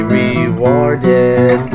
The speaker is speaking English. rewarded